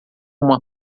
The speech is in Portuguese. uma